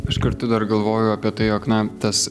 aš kartu dar galvoju apie tai jog na tas